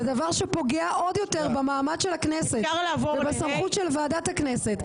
דבר שפוגע עוד יותר במעמד של הכנסת ובסמכות של ועדת הכנסת,